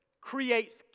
creates